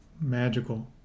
Magical